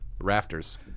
rafters